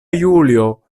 julio